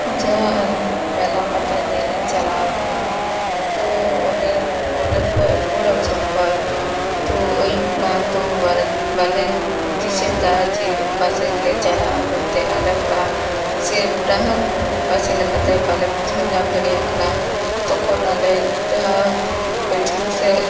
ᱡᱟ ᱟᱹᱞᱤᱧ ᱢᱮᱞᱟ ᱯᱟᱛᱟ ᱧᱮᱞᱤᱧ ᱪᱟᱞᱟᱣ ᱞᱮᱱᱟ ᱛᱚ ᱚᱸᱰᱮ ᱚᱸᱰᱮ ᱠᱷᱚᱡ ᱨᱩᱭᱟᱹᱲ ᱦᱟᱹᱡᱩᱜ ᱠᱷᱚᱡ ᱛᱚ ᱟᱹᱭᱩᱵ ᱮᱱᱟ ᱛᱚ ᱵᱟᱨᱮ ᱵᱟᱞᱮ ᱫᱤᱥᱟᱹᱭᱮᱫᱟ ᱡᱮ ᱚᱱᱟ ᱥᱮᱫ ᱞᱮ ᱪᱟᱞᱟᱜᱼᱟ ᱢᱮᱱᱛᱮ ᱟᱞᱮ ᱚᱲᱟᱜ ᱥᱮ ᱰᱟᱦᱟᱨ ᱠᱚ ᱚᱠᱟ ᱥᱮᱫ ᱞᱮᱠᱟᱛᱮ ᱵᱟᱞᱮ ᱵᱩᱡᱷᱟᱹᱣ ᱧᱟᱢ ᱫᱟᱲᱮᱭᱟᱜ ᱠᱟᱱᱟ ᱛᱚᱠᱷᱚᱱ ᱟᱞᱮ ᱡᱟᱦᱟᱸ ᱯᱷᱚᱪᱷᱤᱢ ᱥᱮᱡ